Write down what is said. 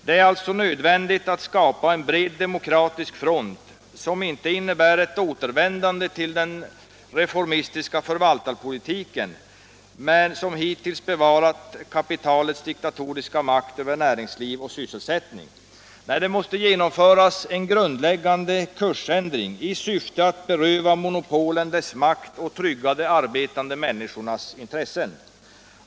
Det är nödvändigt att skapa en bred demokratisk front, som inte innebär ett återvändande till den reformistiska förvaltarpolitiken vilken hittills har bevarat kapitalets diktatoriska makt över näringsliv och sysselsättning. En grundläggande kursändring måste genomföras i syfte att beröva monopolen deras makt och trygga de arbetande människornas intressen.